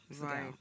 Right